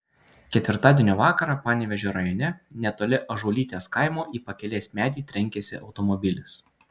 ketvirtadienio vakarą panevėžio rajone netoli ąžuolytės kaimo į pakelės medį trenkėsi automobilis